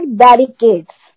barricades